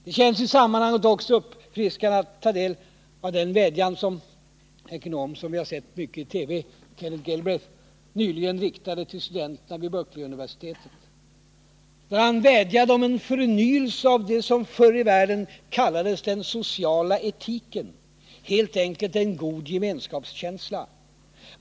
Det känns i sammanhanget också uppfriskande att ta del av den vädjan John Kenneth Galbraith, en ekonom som vi ofta har sett i TV, nyligen riktade till studenterna vid Berkeleyuniversitetet om en förnyelse av det som förr i världen kallades den sociala etiken, helt enkelt en god gemenskapskänsla.